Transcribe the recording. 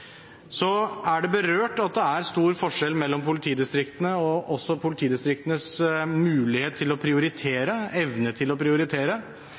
Så er det berørt at det er stor forskjell mellom politidistriktene og også politidistriktenes mulighet og evne til å prioritere.